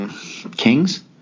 Kings